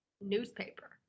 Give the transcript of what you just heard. newspaper